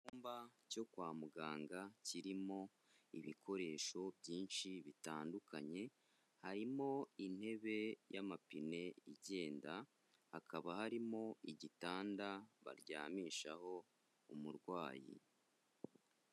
Icyumba cyo kwa muganga kirimo ibikoresho byinshi bitandukanye, harimo intebe y'amapine igenda, hakaba harimo igitanda baryamishaho umurwayi.